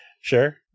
sure